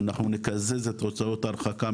אנחנו נקזז את הוצאות ההרחקה,